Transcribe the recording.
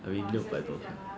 I mean 六百多块